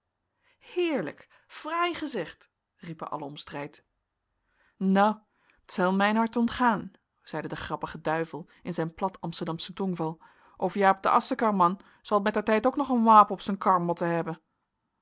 heerlijk fraai gezegd riepen allen om strijd nou t zel mijn hard ontgaan zeide de grappige duivel in zijn plat amsterdamschen tongval of jaap de aschkarreman zel mettertijd ook nog een wapen op zijn kar motten hebben